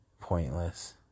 pointless